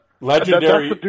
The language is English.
Legendary